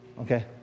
Okay